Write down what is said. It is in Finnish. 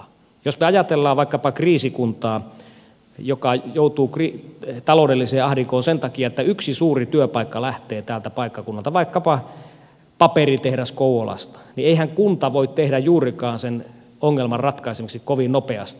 jos me ajattelemme vaikkapa kriisikuntaa joka joutuu taloudelliseen ahdinkoon sen takia että yksi suuri työpaikka lähtee tältä paikkakunnalta vaikkapa paperitehdas kouvolasta niin eihän kunta voi tehdä juurikaan sen ongelman ratkaisemiseksi kovin nopeasti